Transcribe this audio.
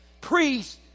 Priests